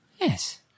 Yes